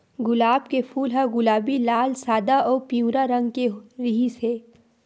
गुलाब के फूल ह गुलाबी, लाल, सादा अउ पिंवरा रंग के रिहिस हे